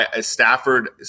Stafford –